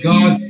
God